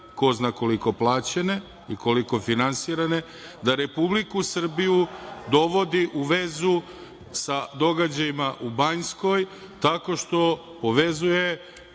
ko zna koliko plaćene i koliko finansirane, da Republiku Srbiju dovodi u vezu sa događajima u Banjskoj tako što povezuje